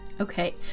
Okay